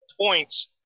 points